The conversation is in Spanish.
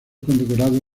condecorado